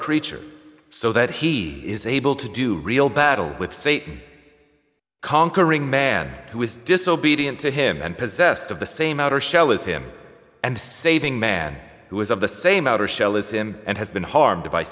creature so that he is able to do real battle with satan conquering man who is disobedient to him and possessed of the same outer shell as him and the saving man who is of the same outer shell as him and has been harmed by